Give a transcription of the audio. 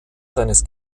seines